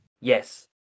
Yes